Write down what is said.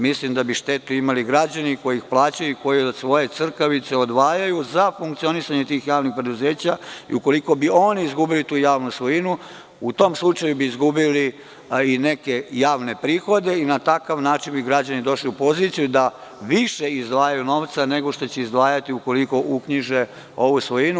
Mislim da bi štetu imali građani i koji od svoje crkavice odvajaju za funkcionisanje tih javnih preduzeća i ukoliko bi oni izgubili tu javnu svojinu u tom slučaju bi izgubili, a i neke javne prihode i na takav način bi građani došli u poziciju da više izdvajaju novca nego što će izdvajati ukoliko uknjiže ovu svojinu.